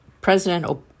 President